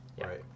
Right